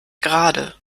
gerade